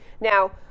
Now